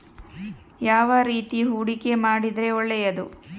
ಯಾವ ರೇತಿ ಹೂಡಿಕೆ ಮಾಡಿದ್ರೆ ಒಳ್ಳೆಯದು?